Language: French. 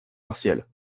partiel